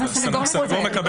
גם הסנגור מקבל.